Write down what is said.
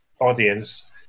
audience